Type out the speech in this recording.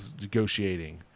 negotiating